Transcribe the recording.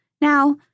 Now